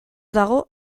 dago